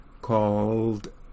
called